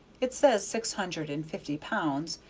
it says six hundred and fifty pounds,